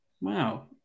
Wow